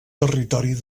territori